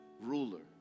ruler